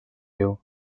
viu